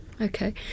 Okay